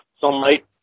sunlight